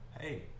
hey